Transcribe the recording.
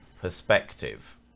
perspective